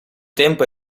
tempo